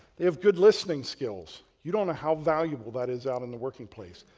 they have good listening skills. you don't know how valuable that is out in the working place.